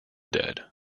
dead